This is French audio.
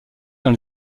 dans